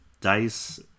Dice